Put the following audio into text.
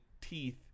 teeth